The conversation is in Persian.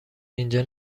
اینجا